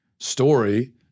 story